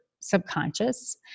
subconscious